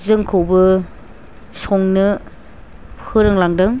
जोंखौबो संनो फोरोंलांदों